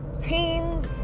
Teens